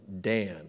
Dan